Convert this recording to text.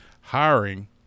hiring